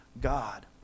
God